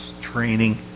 training